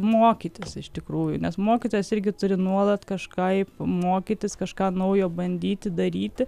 mokytis iš tikrųjų nes mokytojas irgi turi nuolat kažkaip mokytis kažką naujo bandyti daryti